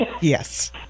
Yes